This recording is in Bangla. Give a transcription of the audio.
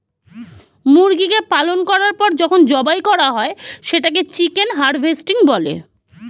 মুরগিকে পালন করার পর যখন জবাই করা হয় সেটাকে চিকেন হারভেস্টিং বলে